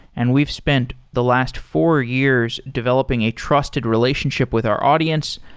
and we've spent the last four years developing a trusted relationship with our audience.